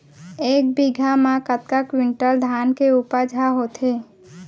एक बीघा म कतका क्विंटल धान के उपज ह होथे?